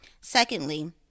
secondly